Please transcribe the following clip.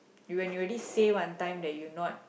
when you already say one time that you not